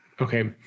Okay